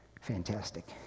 fantastic